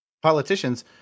Politicians